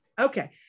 Okay